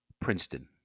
Princeton